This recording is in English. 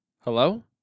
Hello